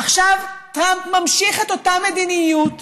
עכשיו טראמפ ממשיך את אותה מדיניות,